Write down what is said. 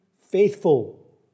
faithful